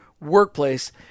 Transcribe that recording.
workplace